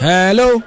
Hello